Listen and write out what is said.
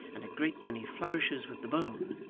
and a great many flourishes with the bone,